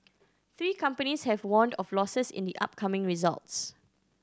three companies have warned of losses in the upcoming results